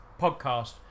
podcast